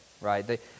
right